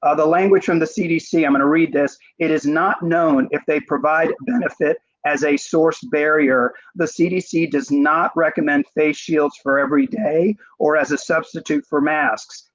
ah the language from the cdc, i'm going to read this, it is not known if they provide benefit as a source barrier. the cdc does not recommend face shields for every day or as a substitute for mass.